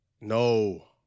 No